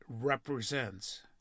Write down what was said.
represents